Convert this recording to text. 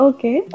Okay